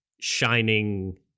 shining